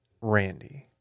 randy